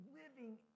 living